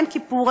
אין כיפור,